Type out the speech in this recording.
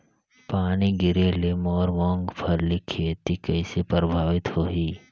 पानी गिरे ले मोर मुंगफली खेती कइसे प्रभावित होही?